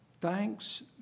thanks